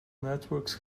networks